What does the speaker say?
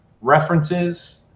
references